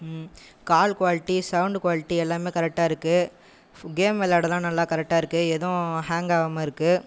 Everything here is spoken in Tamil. கால் க்வாலிட்டி சவுண்ட்டு க்வாலிட்டி எல்லாமே கரெக்டா இருக்குது கேம் விளையாடலாம் நல்லா கரெக்ட்டா இருக்குது எதுவும் ஹேங் ஆகாமல் இருக்குது